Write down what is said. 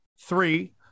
three